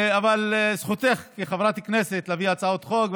אבל זכותך כחברת כנסת להביא הצעות חוק,